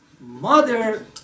mother